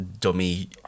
dummy